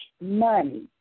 money